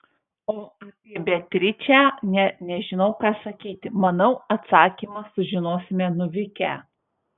o apie beatričę nė nežinau ką sakyti manau atsakymą sužinosime nuvykę